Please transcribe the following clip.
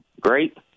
Great